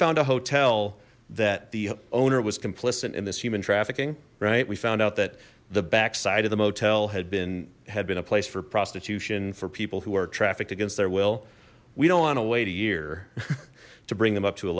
found a hotel that the owner was complicit in this human trafficking right we found out that the backside of the motel had been had been a place for prostitution for people who are trafficked against their will we don't wanna wait a year to bring them up to a